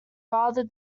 rather